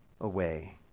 away